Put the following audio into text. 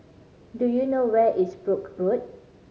do you know where is Brooke Road